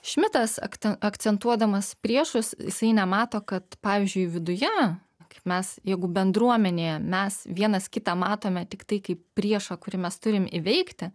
šmitas akte akcentuodamas priešus jisai nemato kad pavyzdžiui viduje kaip mes jeigu bendruomenėje mes vienas kitą matome tiktai kaip priešą kurį mes turim įveikti